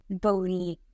believe